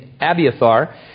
Abiathar